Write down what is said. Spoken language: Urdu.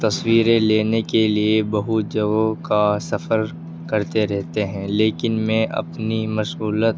تصویریں لینے کے لیے بہت جگہوں کا سفر کرتے رہتے ہیں لیکن میں اپنی مشغولیت